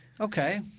Okay